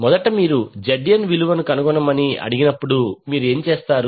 మొదట మీరు ZN విలువను కనుగొనమని అడిగినప్పుడు మీరు ఏమి చేస్తారు